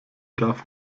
darf